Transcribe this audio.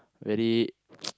very